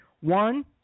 One